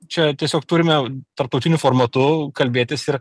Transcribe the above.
čia tiesiog turime tarptautiniu formatu kalbėtis ir